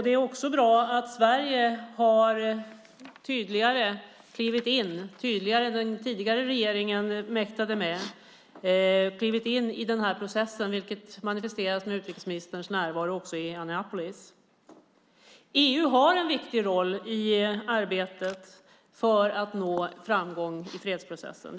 Det är också bra att Sverige nu tydligare än man under den tidigare regeringen mäktade med har klivit in i den här processen, vilket manifesteras med utrikesministerns närvaro också i Annapolis. EU har en viktig roll i arbetet för att nå framgång i fredsprocessen.